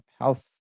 health